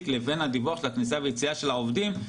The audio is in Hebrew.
לבין הדיווח של הכניסה והיציאה של העובדים,